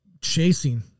chasing